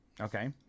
Okay